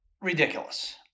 ridiculous